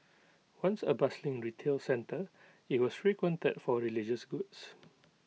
once A bustling retail centre IT was frequented for religious goods